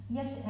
Yes